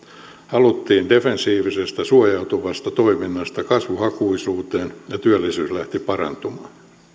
haluttiin defensiivisestä suojautuvasta toiminnasta kasvuhakuisuuteen ja työllisyys lähti parantumaan